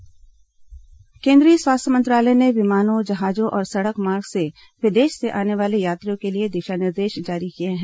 स्वास्थ्य मंत्रालय दिशा निर्देश केंद्रीय स्वास्थ्य मंत्रालय ने विमानों जहाजों और सड़क मार्ग से विदेश से आने वाले यात्रियों के लिए दिशा निर्देश जारी किए हैं